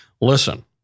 listen